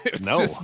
No